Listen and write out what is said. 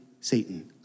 Satan